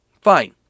fine